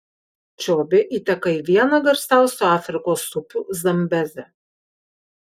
čobė įteka į vieną garsiausių afrikos upių zambezę